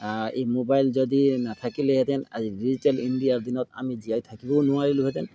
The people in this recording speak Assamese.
এই মোবাইল যদি নাথাকিলেহেঁতেন আজি ডিজিটেল ইণ্ডিয়াৰ দিনত আমি জীয়াই থাকিবও নোৱাৰিলোহেঁতেন